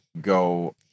go